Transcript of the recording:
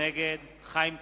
נגד חיים כץ,